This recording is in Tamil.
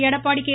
எடப்பாடி கே